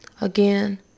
Again